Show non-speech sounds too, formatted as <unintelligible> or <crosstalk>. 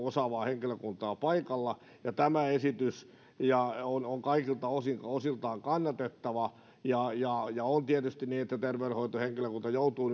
<unintelligible> osaavaa terveydenhoitoalan henkilökuntaa paikalla tämä esitys on on kaikilta osiltaan osiltaan kannatettava on tietysti niin että terveydenhoitohenkilökunta joutuu <unintelligible>